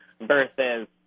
versus